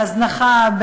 בהזנחה,